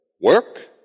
work